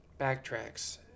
backtracks